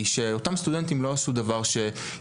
הוא שאותם סטודנטים לא עשו שום דבר שעיצבן.